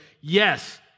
yes